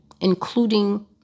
including